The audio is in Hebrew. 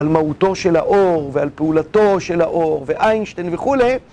על מהותו של האור, ועל פעולתו של האור, ואיינשטיין וכולי